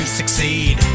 succeed